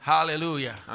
Hallelujah